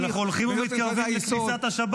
תלוי מה אתה רוצה, מה נקודת ההנחה שלך.